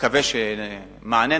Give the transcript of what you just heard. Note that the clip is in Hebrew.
נקווה שנתנו מענה,